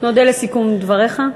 נודה על סיכום דבריך.